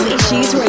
Issues